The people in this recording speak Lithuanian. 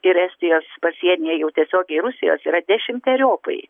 ir estijos pasienyje jau tiesiogiai rusijos yra dešimteriopai